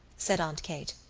said aunt kate.